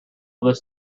this